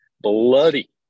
bloody